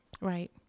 Right